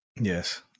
Yes